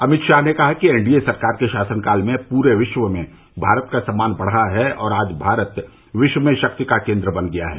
अमित शाह ने कहा कि एन डी ए सरकार के शासनकाल में पूरे विश्व में भारत का सम्मान बढ़ा है और आज भारत विश्व में शक्ति का केंद्र बन गया है